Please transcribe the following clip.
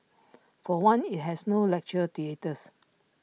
for one IT has no lecture theatres